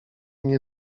nie